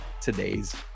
today's